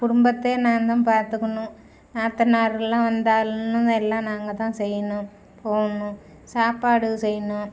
குடும்பத்தையே நான் தான் பார்த்துக்கணும் நாத்தனாரெலாம் வந்தாலும் எல்லாம் நாங்கள் தான் செய்யணும் போகணும் சாப்பாடு செய்யணும்